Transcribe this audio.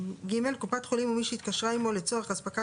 (ג)קופת חולים ומי שהתקשרה עמו לצורך אספקת